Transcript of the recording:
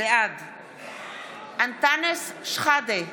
בעד אנטאנס שחאדה,